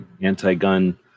anti-gun